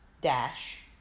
dash